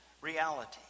reality